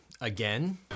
Again